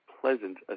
pleasant